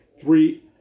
three